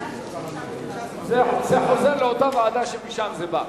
אנחנו ממשיכים בסדר-היום, רבותי.